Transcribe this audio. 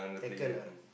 tackle ah